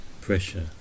pressure